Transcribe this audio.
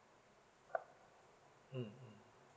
mm mm